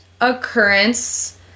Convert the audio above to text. occurrence